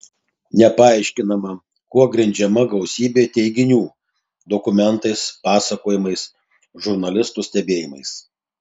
nepaaiškinama kuo grindžiama gausybė teiginių dokumentais pasakojimais žurnalisto stebėjimais